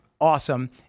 awesome